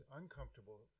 uncomfortable